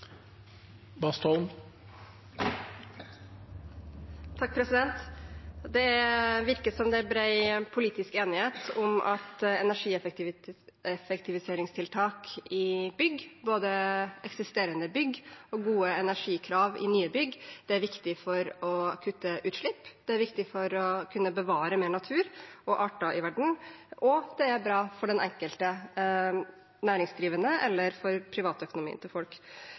enighet om at energieffektiviseringstiltak i bygg, både i eksisterende bygg og gode energikrav i nye bygg, er viktig for å kutte utslipp, det er viktig for å kunne bevare mer natur og arter i verden, og det er bra for den enkelte næringsdrivende og for privatøkonomien til folk.